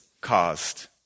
caused